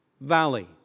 valley